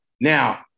Now